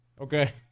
okay